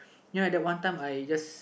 you know at that one time I just